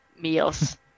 meals